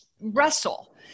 wrestle